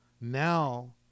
now